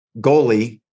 goalie